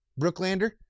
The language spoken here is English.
brooklander